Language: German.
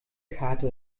karte